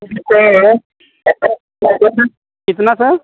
इस पर क्या सर क्या क्या सर कितना सर